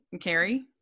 carrie